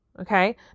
Okay